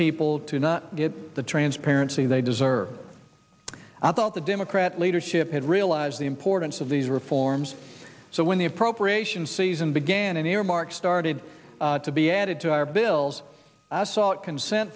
people to not get the transparency they deserve i thought the democrat leadership had realized the importance of these reforms so when the appropriation season began an earmark started to be added to our bills i sought consent